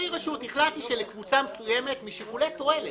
החלטתי שלקבוצה מסוימת משיקולי תועלת